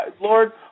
Lord